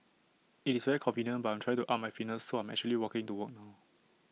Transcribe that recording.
IT is very convenient but I'm try to up my fitness so I'm actually walking to work now